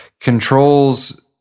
controls